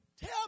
Tell